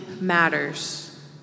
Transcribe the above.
matters